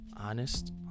honest